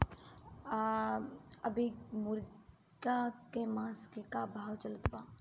अभी मुर्गा के मांस के का भाव चलत बा?